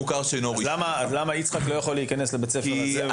למה יצחק לא יכול להיכנס לבית הספר הזה?